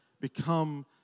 become